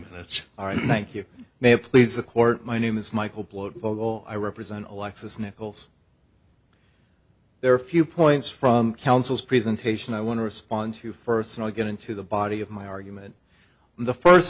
minutes all right thank you may have please the court my name is michael blow vogel i represent alexis nichols there are a few points from counsel's presentation i want to respond to first and i'll get into the body of my argument the first